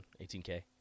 18K